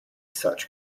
such